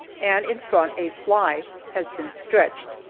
and in front a fly has been stretched.